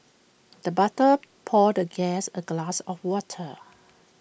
the butler poured the guest A glass of water